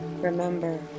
Remember